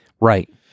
Right